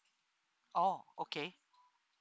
oh okay